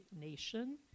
nation